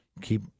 keep